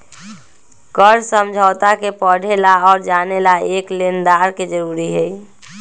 कर्ज समझौता के पढ़े ला और जाने ला एक लेनदार के जरूरी हई